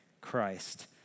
Christ